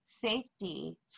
safety